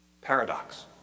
Paradox